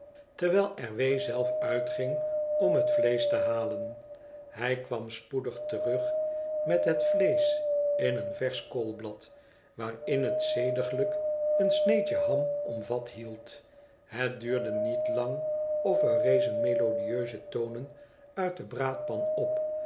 terwijl r w zelf uitging om het vleesch te halen hij kwam spoedig terug met het vleesch in een versch koolblad waarin het zediglijk een sneedje ham omvat hield het duurde niet lang of er rezen melodieuse tonen uit de braadpan op